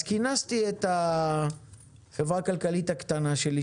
אז כינסתי את החברה הכלכלית הקטנה שלי,